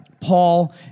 Paul